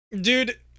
Dude